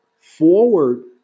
forward